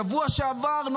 בשבוע שעבר,